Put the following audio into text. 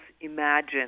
imagine